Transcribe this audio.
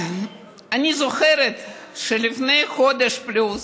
אני זוכרת שלפני חודש פלוס,